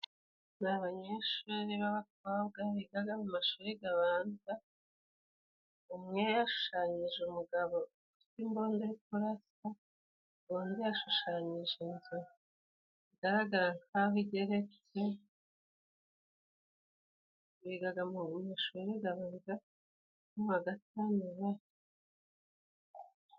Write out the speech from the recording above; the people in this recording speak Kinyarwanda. Ni abanyeshuri b'abakobwa biga mu mashuri abanza, umwe yashushanyije umugabo ufite imbunda iri kirasa, undi yashushanyije inzu igaragara nkaho igeretse, biga mu mashuri ya leta....